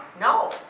No